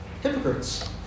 hypocrites